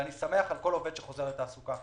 ואני שמח על כל עובד שחוזר לתעסוקה.